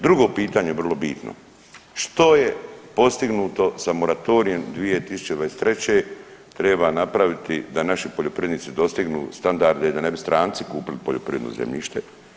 Drugo pitanje, vrlo bitno, što je postignuto sa moratorijem 2023. treba napraviti da naši poljoprivrednici dostignu standarde da ne bi stranci kupili poljoprivredno zemljište?